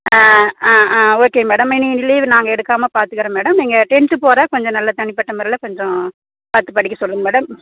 ஆ ஆ okay madam இனி leave நாங்கள் எடுக்காமல் பார்த்துக்கறோம் மேடம் நீங்கள் டென்த்து போகிற கொஞ்சம் நல்ல தனிப்பட்ட முறையில் கொஞ்சம் பார்த்து படிக்க சொல்லுங்க மேடம்